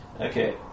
Okay